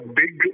big